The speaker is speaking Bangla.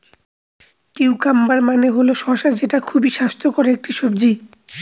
কিউকাম্বার মানে হল শসা যেটা খুবই স্বাস্থ্যকর একটি সবজি